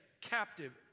captive